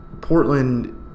Portland